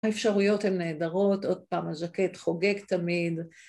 האפשרויות הן נהדרות, עוד פעם הזקת חוגג תמיד.